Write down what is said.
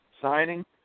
signing